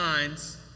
minds